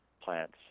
plants –